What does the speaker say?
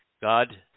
God